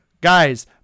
guys